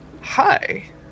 hi